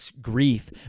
grief